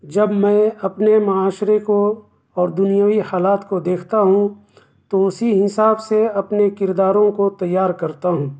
جب میں اپنے معاشرے کو اور دنیوی حالات کو دیکھتا ہوں تو اسی حساب سے اپنے کرداروں کو تیار کرتا ہوں